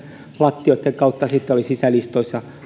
lattioitten kautta sitten oli sisälistoissa